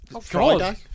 Friday